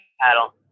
paddle